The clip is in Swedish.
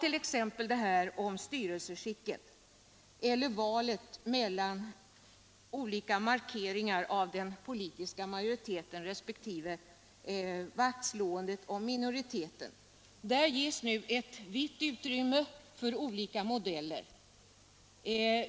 frågan om styrelseskicket eller valet mellan olika markeringar av den politiska majoriteten resp. vaktslåendet om minoriteten! Där ges nu ett vitt utrymme för olika modeller.